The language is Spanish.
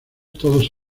todos